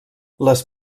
les